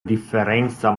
differenza